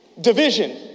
Division